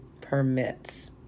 permits